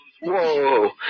Whoa